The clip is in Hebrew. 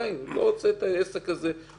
זה מה שקורה היום.